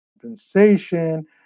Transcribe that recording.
compensation